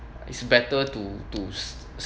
it's better to to